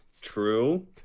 True